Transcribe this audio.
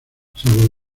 salvo